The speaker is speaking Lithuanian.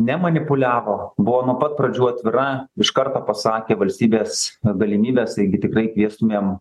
ne manipuliavo buvo nuo pat pradžių atvira iš karto pasakė valstybės galimybes taigi tikrai kviestumėm